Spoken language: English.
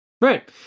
Right